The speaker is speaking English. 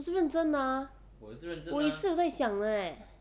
我是认真的 ah 我也是有在想的 eh